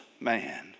man